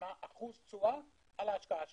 28% תשואה על ההשקעה שלהן.